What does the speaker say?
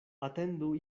atendu